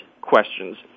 questions